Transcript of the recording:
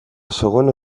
segona